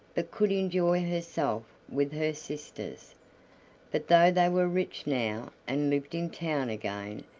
but could enjoy herself with her sisters. but though they were rich now, and lived in town again,